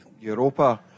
Europa